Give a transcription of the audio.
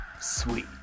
Sweet